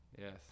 Yes